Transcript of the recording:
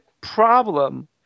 problem